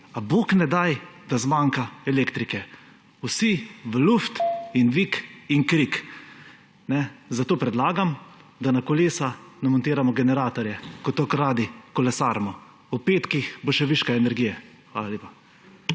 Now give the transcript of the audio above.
A bog ne daj, da zmanjka elektrike! Vsi v luft – in vik in krik. Zato predlagam, da na kolesa namontiramo generatorje, ker tako radi kolesarimo. Ob petkih bo še viška energije. Hvala lepa.